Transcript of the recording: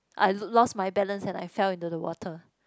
I lo~ lost my balance and I fell into the water